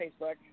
Facebook